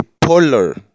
polar